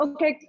Okay